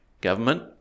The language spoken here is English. government